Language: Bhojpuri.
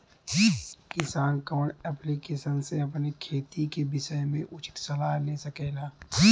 किसान कवन ऐप्लिकेशन से अपने खेती के विषय मे उचित सलाह ले सकेला?